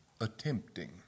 Attempting